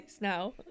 now